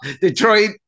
Detroit